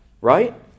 right